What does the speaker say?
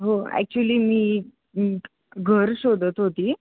हो ॲक्च्युली मी घर शोधत होती